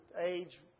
age